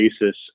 basis